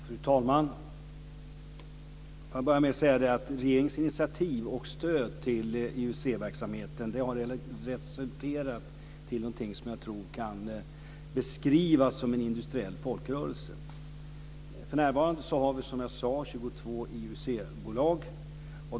Fru talman! Jag vill börja med att säga att regeringens initiativ och stöd till IUC-verksamheten har resulterat i någonting som jag tror kan beskrivas som en industriell folkrörelse. För närvarande har vi, som jag sade, 22 IUC-bolag.